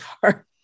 far